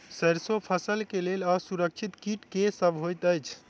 सैरसो फसल केँ लेल असुरक्षित कीट केँ सब होइत अछि?